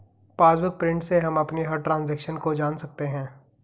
passbook print से हम अपनी हर ट्रांजेक्शन को जान सकते है